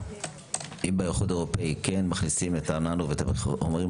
אם באיחוד האירופי כן מכניסים את הננו ואת החומרים